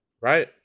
right